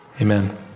Amen